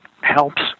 helps